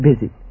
busy